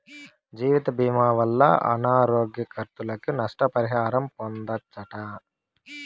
జీవితభీమా వల్ల అనారోగ్య కర్సులకి, నష్ట పరిహారం పొందచ్చట